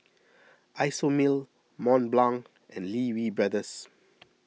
Isomil Mont Blanc and Lee Wee Brothers